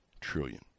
trillion